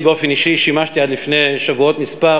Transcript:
אני באופן אישי שימשתי עד לפני שבועות מספר